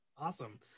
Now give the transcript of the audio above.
Awesome